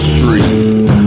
Street